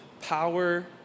power